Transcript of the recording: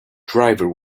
driver